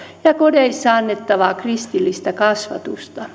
ja kodeissa annettavaa kristillistä kasvatusta